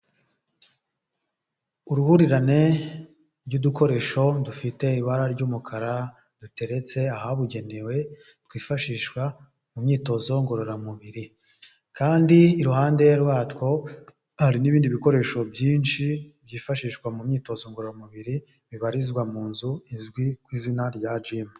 Uruhurirane rw'udukoresho dufite ibara ry'umukara duteretse ahabugenewe twifashishwa mu myitozo ngororamubiri kandi iruhande rwatwo hari n'ibindi bikoresho byinshi byifashishwa mu myitozo ngororamubiri bibarizwa mu nzu izwi ku izina rya jimu.